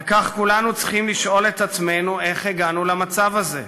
על כך כולנו צריכים לשאול את עצמנו: איך הגענו למצב הזה,